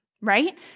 right